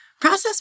Process